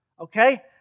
Okay